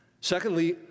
Secondly